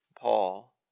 Paul